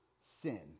sin